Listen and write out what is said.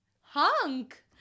Hunk